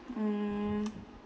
mm